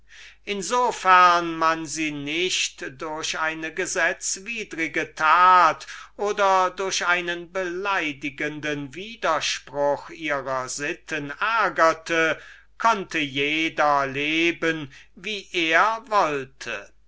fern man sie durch keine gesetzwidrige tat oder durch einen beleidigenden kontrast mit ihren sitten ärgerte konnte jeder leben wie er wollte